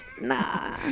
Nah